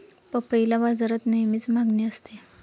पपईला बाजारात नेहमीच मागणी असते